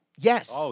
Yes